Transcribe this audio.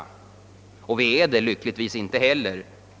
Och vi är det lyckligtvis inte heller.